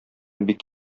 бик